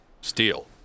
steel